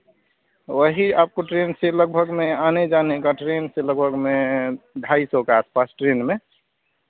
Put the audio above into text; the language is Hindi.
वही आपको ट्रेन से लगभग में आने जाने का ट्रेन से लगभग में ढाई सौ के आसपास ट्रेन में